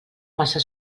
massa